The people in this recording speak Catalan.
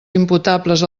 imputables